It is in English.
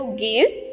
gives